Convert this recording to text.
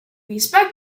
respect